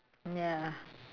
ya